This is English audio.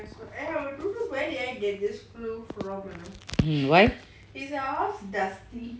why